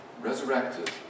resurrected